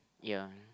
ya